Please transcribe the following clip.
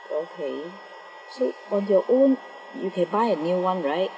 okay so on your own you can buy a new one right